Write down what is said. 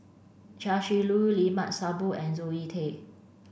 Chia Shi Lu Limat Sabtu and Zoe Tay